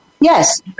Yes